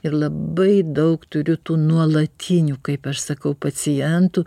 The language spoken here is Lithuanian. ir labai daug turiu tų nuolatinių kaip aš sakau pacientų